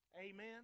Amen